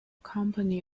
company